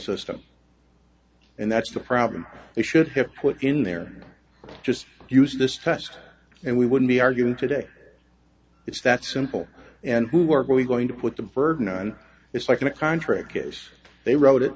system and that's the problem you should have put in there just use this test and we wouldn't be arguing today it's that simple and who were going to put the burden on it's like in a contract case they wrote it